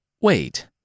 Wait